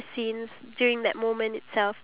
oh gosh